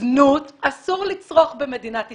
זנות אסור לצרוך במדינת ישראל.